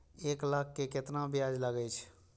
एक लाख के केतना ब्याज लगे छै?